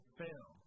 fail